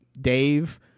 dave